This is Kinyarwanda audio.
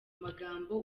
magambo